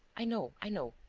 i know. i know.